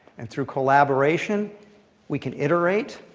and through collaboration we can iterate,